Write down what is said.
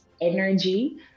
energy